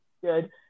good